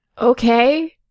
Okay